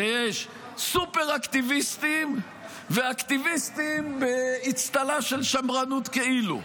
שיש סופר-אקטיביסטים ואקטיביסטים באצטלה של שמרנות כאילו.